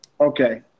Okay